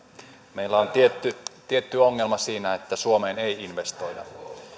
meillä on tietty tietty ongelma siinä että suomeen ei investoida